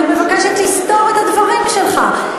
אני מבקשת לסתור את הדברים שלך,